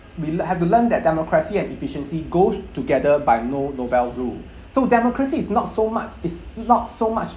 we'll have to learn that democracy and efficiency goes together by no nobel rule so democracy is not so much is not so much